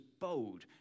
bold